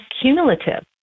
cumulative